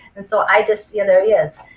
and so i just yeah there he is.